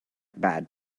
bad